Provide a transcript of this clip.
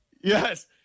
Yes